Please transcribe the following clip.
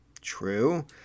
True